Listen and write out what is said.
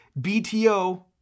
BTO